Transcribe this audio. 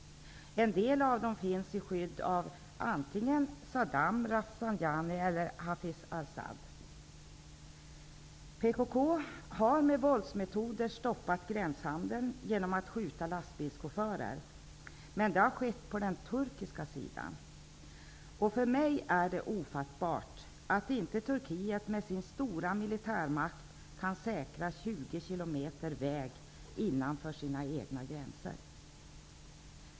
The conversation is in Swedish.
En del av dem finns i skydd av antingen Saddam, PKK har med våldsmetoder stoppat gränshandeln genom att skjuta lastbilschaufförer, men det har skett på den turkiska sidan. För mig är det ofattbart att inte Turkiet med sin stora militärmakt kan säkra 20 km väg innanför sina egna gränser.